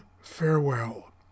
Farewell